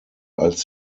als